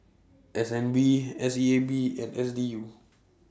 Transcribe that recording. S N B S E A B and S D U